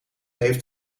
heeft